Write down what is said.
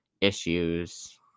Issues